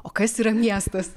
o kas yra miestas